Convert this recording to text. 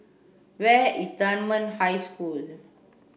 where is Dunman High School